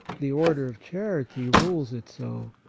the order of charity rules it so.